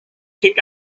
think